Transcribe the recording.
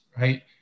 right